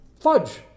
Fudge